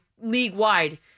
league-wide